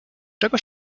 czego